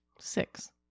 Six